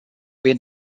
been